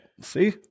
See